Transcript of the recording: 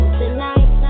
tonight